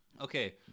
Okay